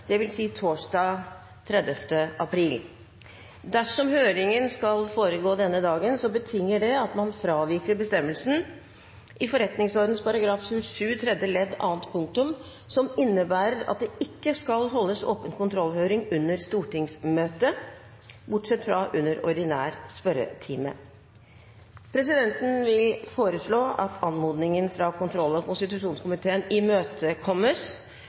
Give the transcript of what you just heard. dvs. torsdag 30. april. Dersom høringen skal foregå denne dagen, betinger det at man fraviker bestemmelsen i forretningsordenens § 27 tredje ledd annet punktum, som innebærer at det ikke skal holdes åpen kontrollhøring under stortingsmøte, bortsett fra under ordinær spørretime. Presidenten foreslår at anmodningen fra kontroll- og konstitusjonskomiteen imøtekommes,